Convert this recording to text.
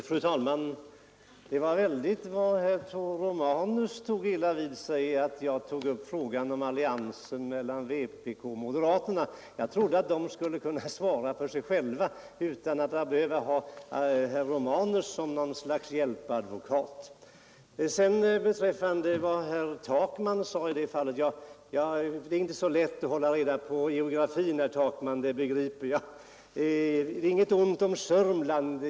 Fru talman! Det var väldigt vad herr Romanus tog illa vid sig för att jag berörde alliansen mellan vpk och moderaterna. Jag trodde att de skulle kunna svara för sig själva utan att behöva ha herr Romanus som något slags hjälpadvokat. Jag begriper, herr Takman, att det inte är så lätt att hålla reda på geografin. Inget ont om Sörmland.